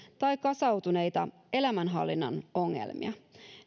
tai kasautuneita elämänhallinnan ongelmia